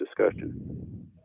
discussion